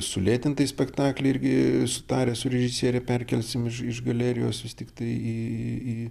sulėtintai spektaklį irgi sutarę su režisiere perkelsim iš iš galerijos vis tiktai į į į